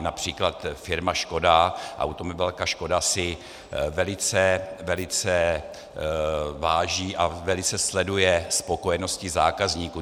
Například firma Škoda, automobilka Škoda, si velice, velice váží a velice sleduje spokojenost zákazníků.